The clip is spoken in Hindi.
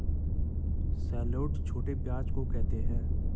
शैलोट छोटे प्याज़ को कहते है